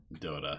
Dota